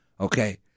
Okay